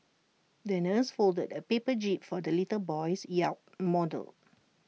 the nurse folded A paper jib for the little boy's yacht model